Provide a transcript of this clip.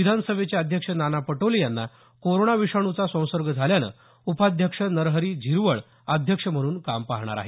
विधानसभेचे अध्यक्ष नाना पटोले यांना कोरोना विषाणूचा संसर्ग झाल्यामुळे उपाध्यक्ष नरहरी झिरवळ अध्यक्ष म्हणून काम पाहणार आहेत